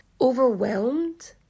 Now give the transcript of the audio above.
overwhelmed